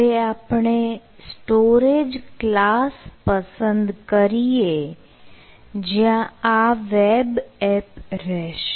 હવે આપણે storage class પસંદ કરીએ જ્યાં આ વેબ એપ રહેશે